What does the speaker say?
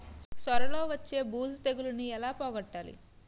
సొర లో వచ్చే బూజు తెగులని ఏల పోగొట్టాలి?